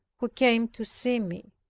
who came to see me.